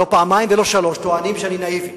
לא פעמיים ולא שלוש טוענים שאני נאיבי,